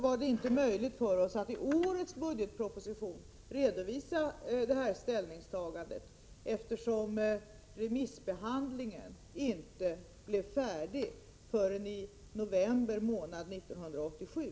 Det var inte möjligt för oss att i årets budgetproposition redovisa regeringens ställningstagande. Remissbehandlingen blev inte färdig förrän i november 1987.